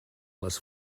les